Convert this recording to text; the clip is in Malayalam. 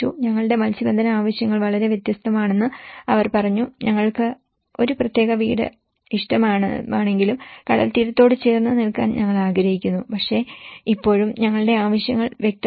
ഞങ്ങളുടെ മത്സ്യബന്ധന ആവശ്യങ്ങൾ വളരെ വ്യത്യസ്തമാണെന്ന് അവർ പറഞ്ഞു ഞങ്ങൾക്ക് ഒരു പ്രത്യേക വീട് ഇഷ്ടമാണെങ്കിലും കടൽത്തീരത്തോട് ചേർന്ന് നിൽക്കാൻ ഞങ്ങൾ ആഗ്രഹിക്കുന്നു പക്ഷേ ഇപ്പോഴും ഞങ്ങളുടെ ആവശ്യങ്ങൾ വ്യത്യസ്തമല്ല